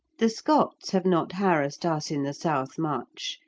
the scots have not harassed us in the south much,